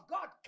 God